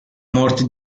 morte